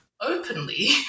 openly